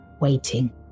waiting